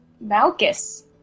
Malchus